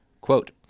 Quote